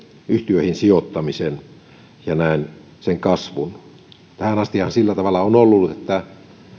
yhtiöihin sijoittaminen ja näin sen kasvu tähän astihan on ollut sillä tavalla